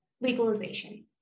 legalization